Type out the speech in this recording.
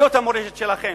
זאת המורשת שלכם.